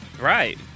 Right